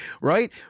right